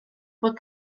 bod